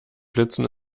blitzen